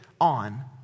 on